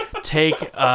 take